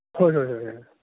ᱦᱮᱸ ᱦᱮᱸ